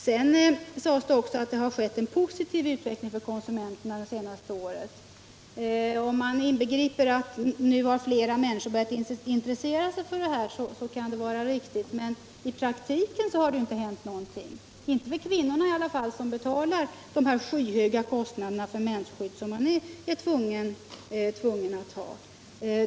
Sedan sades det också att det har skett en positiv utveckling för konsumenterna det senaste året. Om man inbegriper att nu har flera människor börjat intressera sig för frågan, så kan det vara riktigt, men i praktiken har det inte hänt någonting — inte för kvinnorna i alla fall, som betalar skyhöga priser för mensskydd som de ju är tvungna att ha.